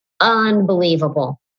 unbelievable